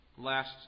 last